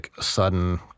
sudden